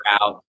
out